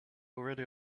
already